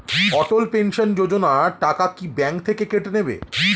অটল pension Yojana টাকা কি bank থেকে কেটে নেবে?